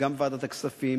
גם בוועדת הכספים,